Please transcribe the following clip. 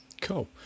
Cool